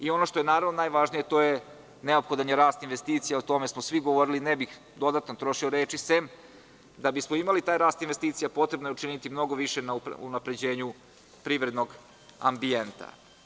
Ono što je najvažnije jeste da je neophodan rast investicija, o tome smo svi govorili i ne bih dodatno trošio reči, sem da bismo imali taj rast investicija potrebno je učiniti mnogo više na unapređenju privrednog ambijenta.